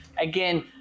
again